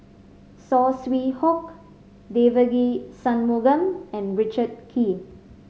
Saw Swee Hock Devagi Sanmugam and Richard Kee